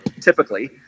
typically